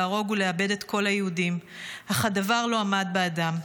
להרוג ולאבד את כל היהודים אך הדבר לא עמד בעדם.